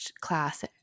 class